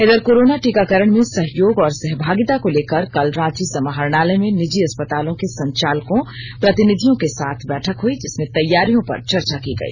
इधर कोरोना टीकाकरण में सहयोग और सहभागिता को लेकर कल रांची समाहरणालय में निजी अस्पतालों के संचालकों प्रतिनिधियों के साथ बैठक हुई जिसमें तैयारियों पर चर्चा की गई